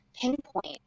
pinpoint